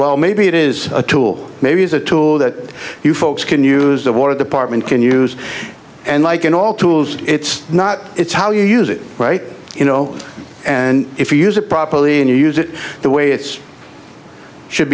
well maybe it is a tool maybe as a tool that you folks can use the water department can use and like in all tools it's not it's how you use it right you know and if you use it properly and you use it the way it's should